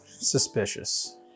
suspicious